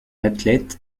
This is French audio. athlète